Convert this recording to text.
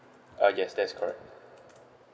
ah yes that's correct